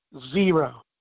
zero